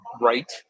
right